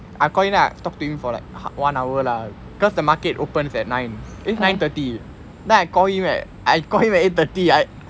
I call him then I talk for like one hour lah because the market opens at nine eh nine thirty then I call him at I call him at eight thirty I